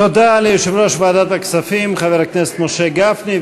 תודה ליושב-ראש ועדת הכספים חבר הכנסת משה גפני.